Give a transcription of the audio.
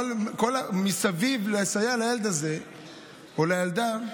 כל המסביב של הסיוע לילד הזה או לילדה,